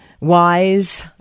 wise